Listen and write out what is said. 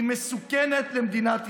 היא מסוכנת למדינת ישראל.